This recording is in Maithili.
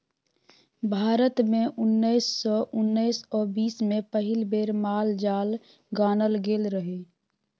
भारत मे उन्नैस सय उन्नैस आ बीस मे पहिल बेर माल जाल गानल गेल रहय